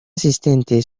asistente